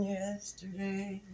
yesterday